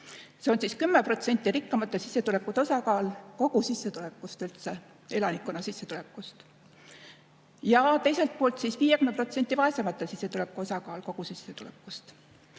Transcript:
See on 10% rikkamate sissetuleku osakaal kogusissetulekust üldse, elanikkonna sissetulekust. Ja teiselt poolt 50% vaesemate sissetuleku osakaal kogusissetulekust.